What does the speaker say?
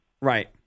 Right